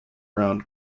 round